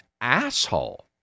asshole